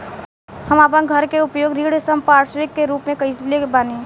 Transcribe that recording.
हम आपन घर के उपयोग ऋण संपार्श्विक के रूप में कइले बानी